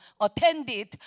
attended